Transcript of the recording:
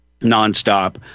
nonstop